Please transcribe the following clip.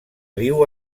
viu